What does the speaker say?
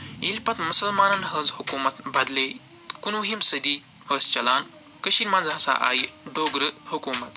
ییٚلہِ پَتہٕ مُسلمانن ہٕنز حکوٗمَت بدلے کُنہٕ وُہِم صٔدی ٲسۍ چَلان کٔشیٖر منٛز ہسا آیہِ ڈوگرٕ حٔکوٗمَت